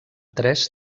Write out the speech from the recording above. tres